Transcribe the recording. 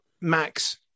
max